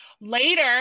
later